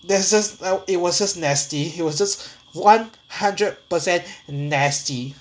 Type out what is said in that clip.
that's just it was just nasty it was just one hundred percent nasty